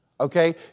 okay